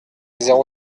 zéro